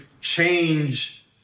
change